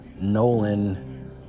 Nolan